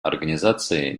организации